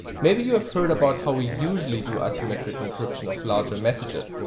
maybe you have heard about how we usually do assymetric encryption of larger messages.